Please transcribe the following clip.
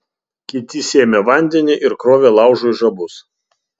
kiti sėmė vandenį ir krovė laužui žabus